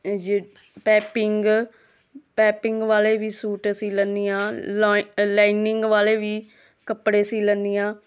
ਜੇ piping piping ਵਾਲੇ ਵੀ ਸੂਟ ਸੀ ਲੈਂਦੀ ਹਾਂ ਲਾ ਲਾਈਨਿੰਗ ਵਾਲੇ ਵੀ ਕੱਪੜੇ ਸੀਅ ਲੈਂਦੀ ਹਾਂ